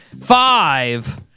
Five